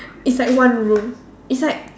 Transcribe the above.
it's like one room it's like